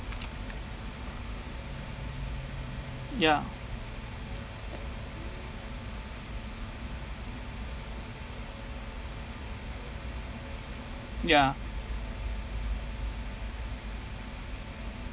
ya ya